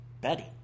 Betty